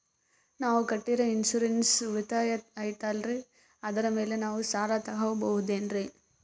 ನಾವು ಕಟ್ಟಿರೋ ಇನ್ಸೂರೆನ್ಸ್ ಉಳಿತಾಯ ಐತಾಲ್ರಿ ಅದರ ಮೇಲೆ ನಾವು ಸಾಲ ತಗೋಬಹುದೇನ್ರಿ?